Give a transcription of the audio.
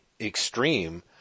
extreme